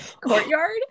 courtyard